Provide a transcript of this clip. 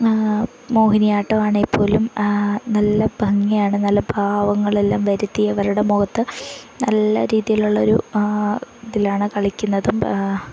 മോഹിനിയാട്ടമാണെങ്കില്പ്പോലും നല്ല ഭംഗിയാണ് നല്ല ഭാവങ്ങളെല്ലാം വരുത്തി അവരുടെ മുഖത്ത് നല്ല രീതിയിലുള്ളൊരു ഇതിലാണ് കളിക്കുന്നതും